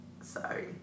Sorry